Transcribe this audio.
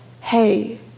hey